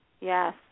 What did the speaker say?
Yes